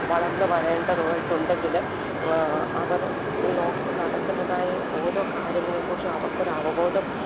വളർന്ന് വരേണ്ടതുമായിട്ടുണ്ടെങ്കിൽ അവർ ഈ ലോകത്ത് നടക്കുന്നതായ ഓരോ കാര്യങ്ങളെക്കുറിച്ച് അവർക്കൊരവബോധം